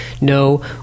No